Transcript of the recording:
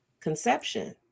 conception